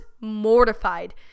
mortified